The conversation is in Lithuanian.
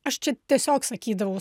aš čia tiesiog sakydavau